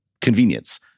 convenience